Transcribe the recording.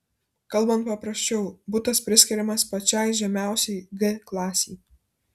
kalbant paprasčiau butas priskiriamas pačiai žemiausiai g klasei